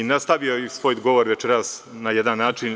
Nastavio bih svoj govor večeras na jedan način.